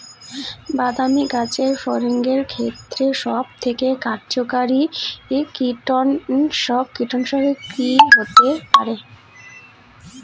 বাদামী গাছফড়িঙের ক্ষেত্রে সবথেকে কার্যকরী কীটনাশক কি হতে পারে?